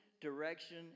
direction